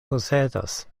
posedas